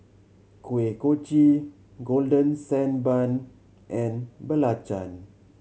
Kuih Kochi Golden Sand Bun and belacan